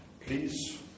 Please